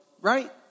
right